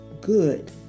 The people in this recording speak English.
good